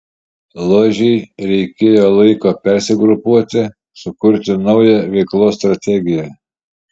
ložei reikėjo laiko persigrupuoti sukurti naują veiklos strategiją